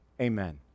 Amen